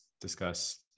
discuss